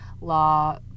law